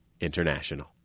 International